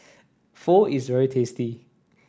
Pho is very tasty